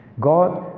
God